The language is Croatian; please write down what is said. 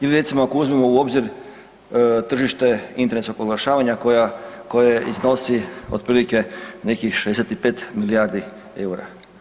Ili recimo ako uzmemo u obzir tržište internetskog oglašavanja koje iznosi otprilike nekih 65 milijardi eura.